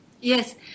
Yes